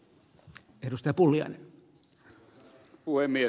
arvoisa puhemies